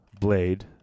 blade